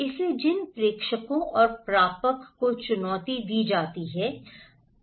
इसलिए जिन प्रेषकों और प्रापक को चुनौती दी जाती है